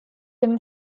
him